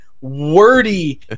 wordy